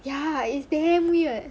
ya it's damn weird